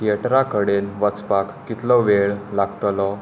थिएटरा कडेन वचपाक कितलो वेळ लागतलो